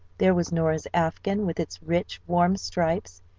there was nora's afghan with its rich, warm stripes,